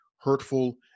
hurtful